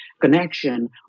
connection